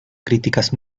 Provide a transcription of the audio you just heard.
críticas